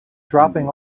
dropping